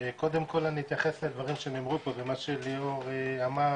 קודם כל אני אתייחס לדברים שנאמרו פה ומה שליאור אמר